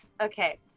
Okay